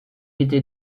était